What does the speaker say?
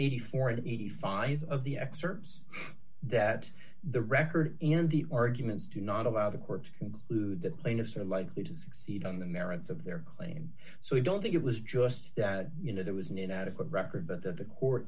eighty four dollars eighty five cents of the excerpts that the record and the arguments do not allow the courts conclude that the plaintiffs are likely to succeed on the merits of their claim so i don't think it was just that you know there was an inadequate record but that the court